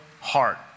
heart